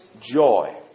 joy